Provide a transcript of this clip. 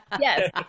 Yes